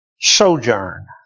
sojourn